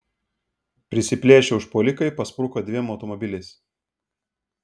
prisiplėšę užpuolikai paspruko dviem automobiliais